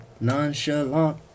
Nonchalant